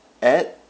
at